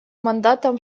мандатом